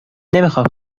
نمیخام